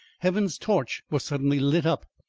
heaven's torch was suddenly lit up,